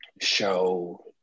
show